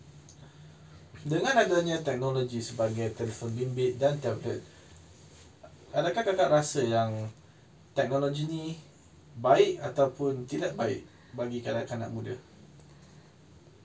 dengan adanya technologies sebagai telefon bimbit dan tablet adakah kakak rasa yang teknologi ni baik ataupun tidak baik bagi kanak-kanak muda